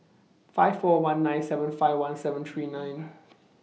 five four one nine seven five one seven three nine